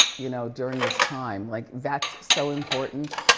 you know, during this time. like, that's so important.